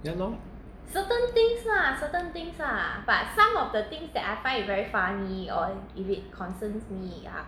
yeah lor